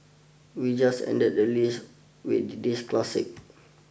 we just ended the list with this classic